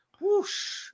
whoosh